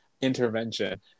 intervention